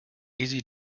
easy